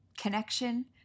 connection